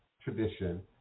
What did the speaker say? tradition